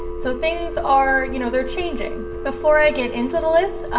so things are you know? they're changing before i get into the list.